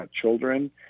children